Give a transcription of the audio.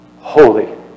Holy